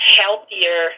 healthier